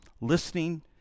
listening